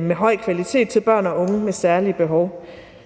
med høj kvalitet til børn og unge med særlige behov.